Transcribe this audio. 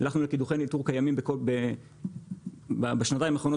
הלכנו לקידוחי ניטור קיימים בשנתיים האחרונות